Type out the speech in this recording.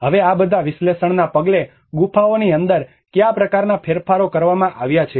હવે આ બધા વિશ્લેષણના પગલે ગુફાઓની અંદર કયા પ્રકારનાં ફેરફારો કરવામાં આવ્યા છે